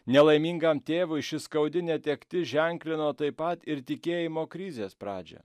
nelaimingam tėvui ši skaudi netektis ženklino taip pat ir tikėjimo krizės pradžią